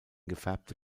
gefärbte